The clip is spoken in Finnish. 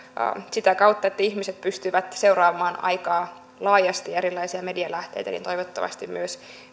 sitä kautta että ihmiset pystyvät seuraamaan aikaa laajasti erilaisia medialähteitä toivottavasti myös